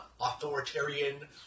authoritarian